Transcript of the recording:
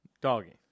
doggy